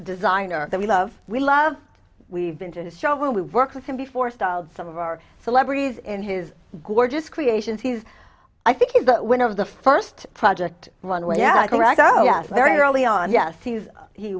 designer that we love we love we've been to a show where we worked with him before styled some of our celebrities and his gorgeous creations he's i think is the winner of the first project runway yeah right yes very early on yes he